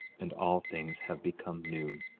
and all things have become new.